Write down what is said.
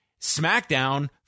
SmackDown